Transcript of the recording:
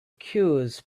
cures